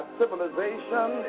civilization